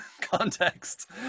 context